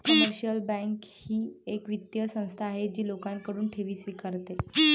commercial bank ही एक वित्तीय संस्था आहे जी लोकांकडून ठेवी स्वीकारते